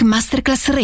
Masterclass